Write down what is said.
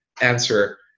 answer